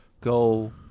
Go